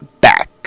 back